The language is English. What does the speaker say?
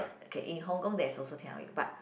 okay in Hong-Kong there is also Tian-Hao-Wei but